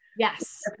Yes